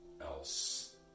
else